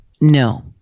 No